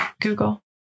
Google